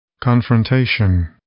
Confrontation